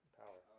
power